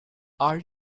are